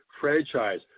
franchise